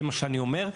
זה מה שאני אומר.